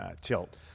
Tilt